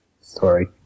Sorry